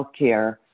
healthcare